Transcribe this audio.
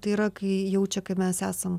tai yra kai jaučia kad mes esam